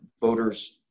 voters